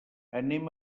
anem